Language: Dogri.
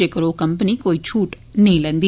जेक्कर ओह् कम्पनी कोई छूट नेई लैंदी